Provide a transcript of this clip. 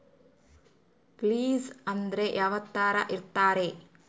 Place ಅಂದ್ರೆ ಯಾವ್ತರ ಇರ್ತಾರೆ?